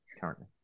currently